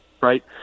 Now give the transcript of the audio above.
Right